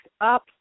up